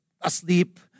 asleep